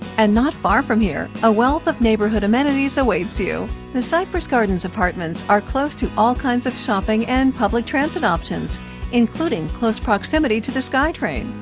and not far from here, a wealth of neighbourhood amenities awaits you. the cypress gardens apartments are close to all kinds of shopping, and public transit options including close proximity proximity to the skytrain.